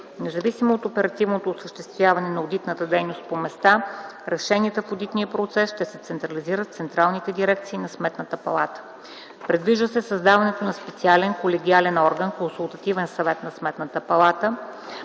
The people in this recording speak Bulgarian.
Независимо от оперативното осъществяване на одитната дейност по места, решенията в одитния процес ще се централизират в централните дирекции на Сметната палата. Предвижда се създаването на специален колегиален орган – Консултативен съвет на Сметната палата.